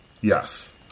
Yes